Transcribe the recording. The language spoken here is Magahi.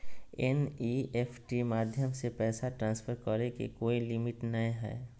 एन.ई.एफ.टी माध्यम से पैसा ट्रांसफर करे के कोय लिमिट नय हय